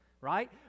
right